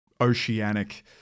oceanic